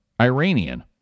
Iranian